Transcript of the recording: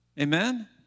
Amen